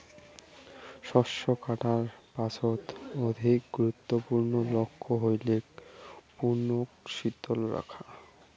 শস্য কাটার পাছত অধিক গুরুত্বপূর্ণ লক্ষ্য হইলেক পণ্যক শীতল রাখা